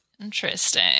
Interesting